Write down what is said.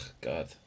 God